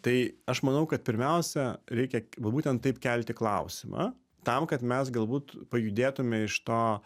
tai aš manau kad pirmiausia reikia va būtent taip kelti klausimą tam kad mes galbūt pajudėtume iš to